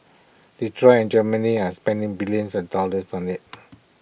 Detroit and Germany are spending billions of dollars on this